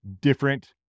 different